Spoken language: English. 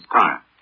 time